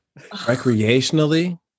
Recreationally